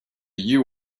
you